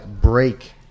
break